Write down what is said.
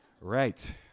Right